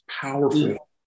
powerful